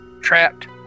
trapped